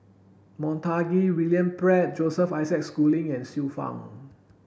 Montague William Pett Joseph Isaac Schooling and Xiu Fang